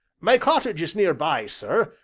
my cottage is near by, sir,